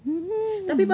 mmhmm